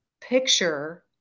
picture